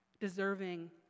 deserving